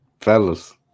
fellas